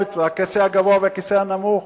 הכיסא הגבוה והכיסא הנמוך?